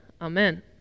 Amen